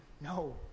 no